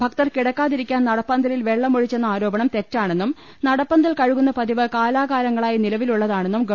ഭക്തർ കിടക്കാ തിരിക്കാൻ നടപ്പന്തലിൽ വെള്ളമൊഴിച്ചെന്ന ആരോപണം തെറ്റാ ണെന്നും നടപ്പന്തൽ കഴുകുന്ന പതിവ് കാലാകാലങ്ങളായി നില വിലുള്ളതാണെന്നും ഗവ